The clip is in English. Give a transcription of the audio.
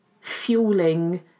fueling